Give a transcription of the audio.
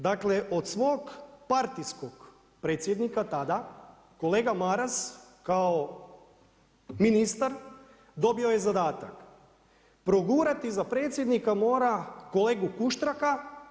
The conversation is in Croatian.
Dakle, od svog partijskog predsjednika tada kolega Maras kao ministar dobio je zadatak progurati za predsjednika mora kolegu Kuštraka.